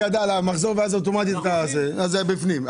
גדל המחזור ואז אוטומטית העסק היה בפנים.